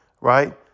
right